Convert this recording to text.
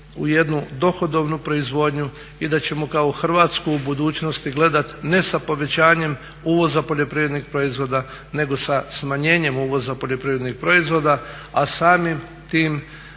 u jednu dohodovnu proizvodnju i da ćemo kao Hrvatsku u budućnosti gledat ne sa povećanjem uvoza poljoprivrednih proizvoda nego sa smanjenjem uvoza poljoprivrednih proizvoda, a samim tim